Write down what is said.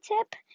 tip